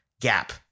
gap